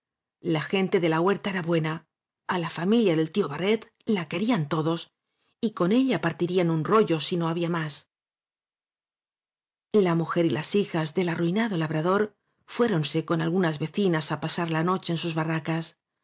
órente o de la huerta era buena á la familia del tío barret la querían todos y con ella partirían un rollo si no había más la mujer y las hijas del arruinado labra dor friéronse con algunas vecinas á pasar la noche en sus barracas